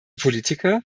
politiker